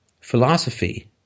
philosophy